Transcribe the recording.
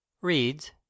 Reads